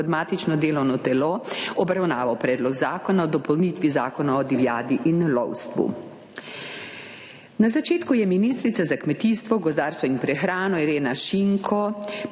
kot matično delovno telo obravnaval Predlog zakona o dopolnitvi Zakona o divjadi in lovstvu. Na začetku je ministrica za kmetijstvo, gozdarstvo in prehrano Irena Šinko